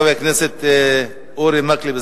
חבר הכנסת אורי מקלב,